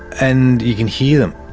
and you can hear them,